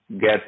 get